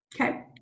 Okay